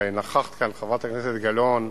הרי נכחת כאן, חברת הכנסת גלאון,